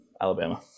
alabama